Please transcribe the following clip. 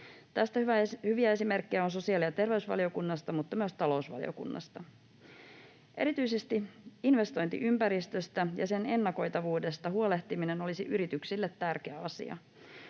Tästä hyviä esimerkkejä on sosiaali- ja terveysvaliokunnasta, mutta myös talousvaliokunnasta. Erityisesti investointiympäristöstä ja sen ennakoitavuudesta huolehtiminen olisi yrityksille tärkeä asia.